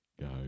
go